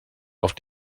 auf